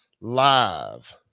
live